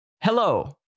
Hello